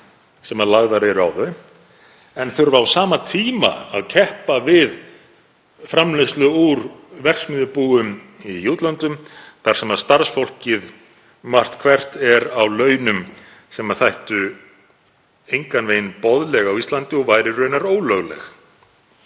sem lagðar eru á þau en þurfa á sama tíma að keppa við framleiðslu úr verksmiðjubúum í útlöndum þar sem starfsfólkið er margt hvert á launum sem þættu engan veginn boðleg á Íslandi og væru raunar ólögleg.